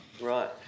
Right